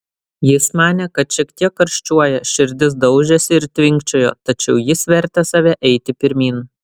jis manė kad šiek tiek karščiuoja širdis daužėsi ir tvinkčiojo tačiau jis vertė save eiti pirmyn